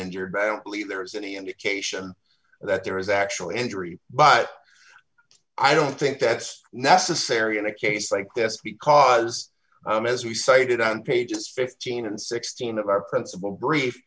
injured i don't believe there is any indication that there is actual injury but i don't think that's necessary in a case like this because as we cited on pages fifteen and sixteen of our principal brief